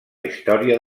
història